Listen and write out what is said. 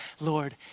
Lord